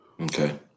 Okay